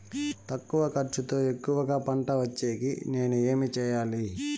తక్కువ ఖర్చుతో ఎక్కువగా పంట వచ్చేకి నేను ఏమి చేయాలి?